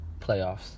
playoffs